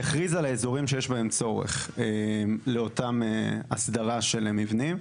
יכריז על האזורים שיש בהם צורך באותה הסדרה של מבנים.